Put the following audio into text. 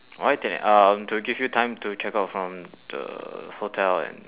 why ten A uh to give you time to check out from the hotel and